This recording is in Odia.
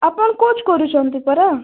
ଆପଣ କୋଚ୍ କରୁଛନ୍ତି ପରା